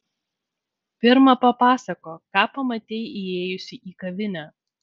pirma papasakok ką pamatei įėjusi į kavinę